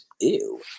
Ew